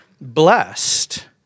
blessed